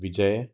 विजय